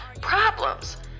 problems